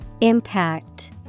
Impact